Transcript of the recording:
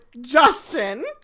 Justin